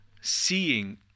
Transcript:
seeing